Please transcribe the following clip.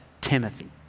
Timothy